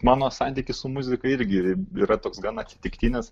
mano santykis su muzika irgi yra toks gana atsitiktinis